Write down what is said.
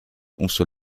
umso